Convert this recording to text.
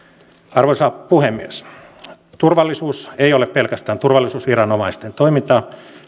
arvoisa puhemies turvallisuus ei ole pelkästään turvallisuusviranomaisten toimintaa